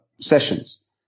sessions